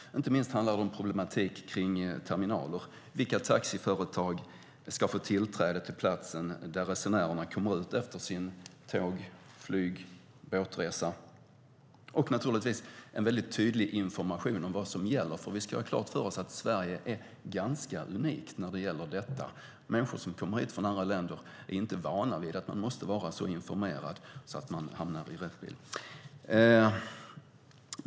Inte minst handlar det om problematiken kring terminalerna. Vilka taxiföretag ska få tillträde till platsen där resenärerna kommer ut efter sin tåg-, flyg-, båtresa? Och naturligtvis behövs mycket tydlig information om vad som gäller, för vi ska ha klart för oss att Sverige är ganska unikt när det gäller detta. Människor som kommer hit från andra länder är inte vana vid att man måste vara så välinformerad för att hamna i rätt bil.